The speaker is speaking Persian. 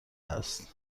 است